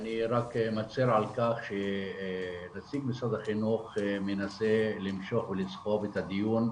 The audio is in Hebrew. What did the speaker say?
אני רק מצר על כך שנציג משרד החינוך מנסה למשוך ולסחוב את הדיון,